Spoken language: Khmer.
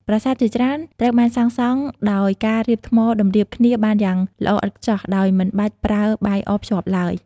ប្រាសាទជាច្រើនត្រូវបានសាងសង់ដោយការរៀបថ្មតម្រៀបគ្នាបានយ៉ាងល្អឥតខ្ចោះ ដោយមិនបាច់ប្រើបាយអភ្ជាប់ឡើយ។